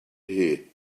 here